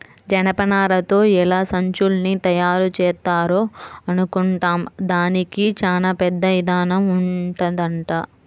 జనపనారతో ఎలా సంచుల్ని తయారుజేత్తారా అనుకుంటాం, దానికి చానా పెద్ద ఇదానం ఉంటదంట